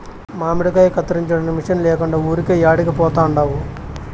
మామిడికాయ కత్తిరించడానికి మిషన్ లేకుండా ఊరికే యాడికి పోతండావు